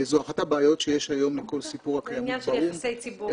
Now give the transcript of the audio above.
זו אחת הבעיות שיש היום לכל סיפור הקיימות באו"ם.